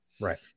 Right